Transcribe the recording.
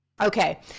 Okay